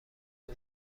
اون